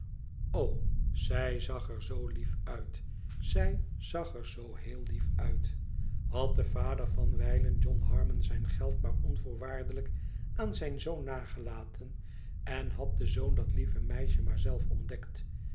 zij zag er zoo lief uit zij zag er zoo heel lief uit had de vader van wijlen john harmon zijn geld maar onvoorwaardelijk aan zijn zoon nagelaten en had de zoon dat lieve meisje maar zelf ontdekt